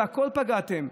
בכול פגעתם.